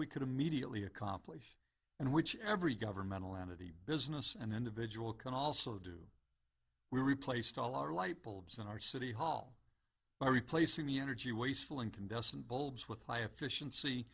we could immediately accomplish and which every governmental entity business and individual can also do we replaced all our light bulbs in our city hall by replacing the energy wasteful incandescent bulbs with high effi